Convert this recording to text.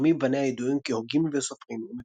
שרבים מבניה ידועים כהוגים וסופרים,